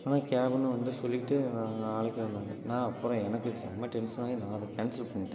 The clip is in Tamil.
ஆனால் கேபுன்னு வந்து சொல்லிவிட்டு ந அழைக்க வந்தாங்க நான் அப்புறம் எனக்கு செம்ம டென்ஷன் ஆயி நான் அதை கேன்சல் பண்ணிவிட்டேன்